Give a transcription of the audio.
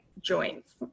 joints